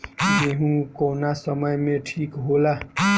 गेहू कौना समय मे ठिक होला?